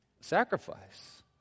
sacrifice